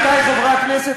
עמיתי חברי הכנסת,